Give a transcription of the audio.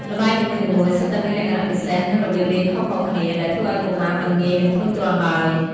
ល្បែងនីមួយៗសុទ្ធតែមានលក្ខណៈពិសេស និងរបៀបលេងខុសៗគ្នា ដែលធ្វើឲ្យកុមារមិនងាយនឹងធុញទ្រាន់ឡើយ។